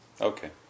okay